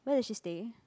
where does she stay